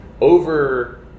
over